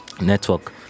network